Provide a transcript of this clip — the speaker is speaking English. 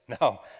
No